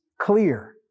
clear